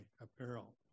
apparel